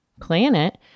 planet